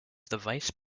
vice